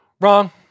wrong